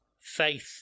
Faith